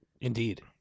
Indeed